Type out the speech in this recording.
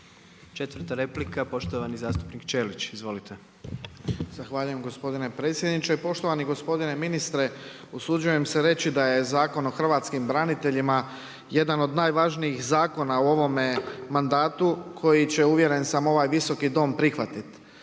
Četvrta replika, poštovani zastupnik Ćelić. Izvolite. **Ćelić, Ivan (HDZ)** Zahvaljujem gospodine predsjedniče. Poštovani gospodine ministre, usuđujem se reći da je Zakon o hrvatskim braniteljima jedan od najvažnijih zakona u ovome mandatu koji će uvjeren sam, ovaj Visoki dom prihvatiti.